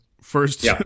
first